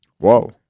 Whoa